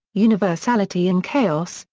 universality in chaos,